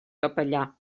capellà